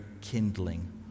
kindling